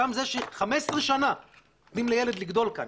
שם זה שחמש עשרה שנה נותנים לילד לגדול כאן,